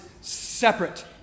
separate